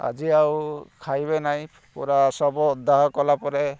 ଆଜି ଆଉ ଖାଇବେ ନାହିଁ ପୁରା ଶବ ଦାହ କଲା ପରେ